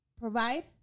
provide